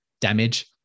damage